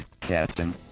Captain